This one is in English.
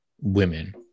women